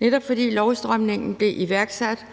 netop fordi lovstramningen blev iværksat